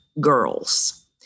girls